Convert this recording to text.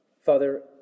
Father